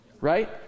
right